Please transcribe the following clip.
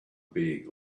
being